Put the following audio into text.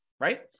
right